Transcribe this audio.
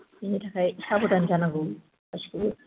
बिनि थाखाय साबधान जानांगौ गासिखौबो